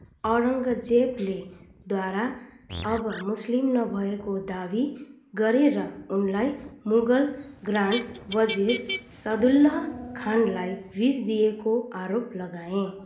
औरङ्गजेबले दारा अब मुस्लिम नभएको दाबी गरे र उनलाई मुगल ग्र्यान्ड वजिर सादुल्लाह खानलाई विष दिएको आरोप लगाए